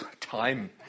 Time